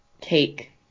Cake